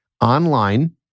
online